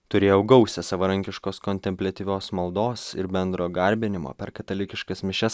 turėjau gausią savarankiškos kontempliatyvios maldos ir bendro garbinimo per katalikiškas mišias